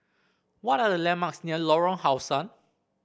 what are the landmarks near Lorong How Sun